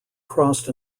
crossed